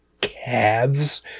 calves